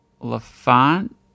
Lafont